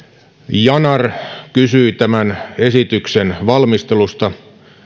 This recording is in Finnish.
yanar kysyi tämän esityksen valmistelusta